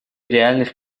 реальных